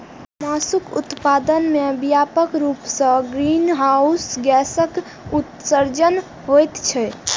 मासुक उत्पादन मे व्यापक रूप सं ग्रीनहाउस गैसक उत्सर्जन होइत छैक